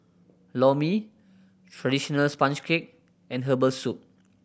Lor Mee traditional sponge cake and herbal soup